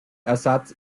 ersatz